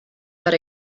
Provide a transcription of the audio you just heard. that